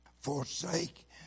Forsake